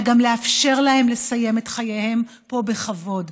אלא גם לאפשר להם לסיים את חייהם פה בכבוד,